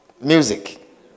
music